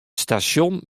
stasjon